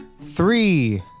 Three